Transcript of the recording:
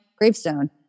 gravestone